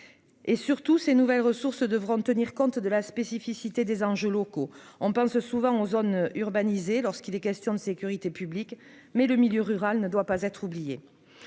et surtout ces nouvelles ressources devront tenir compte de la spécificité des enjeux locaux, on parle ce souvent en zone urbanisée, lorsqu'il est question de sécurité publique, mais le milieu rural ne doit pas être oubliée,